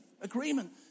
agreement